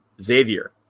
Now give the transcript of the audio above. Xavier